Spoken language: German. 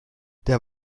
der